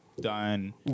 done